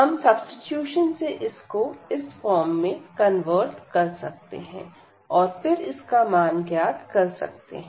हम सब्सीट्यूशन से इसको इस फॉर्म में कन्वर्ट कर सकते हैं और फिर इसका मान ज्ञात कर सकते हैं